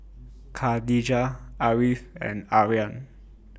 Khadija Ariff and Aryan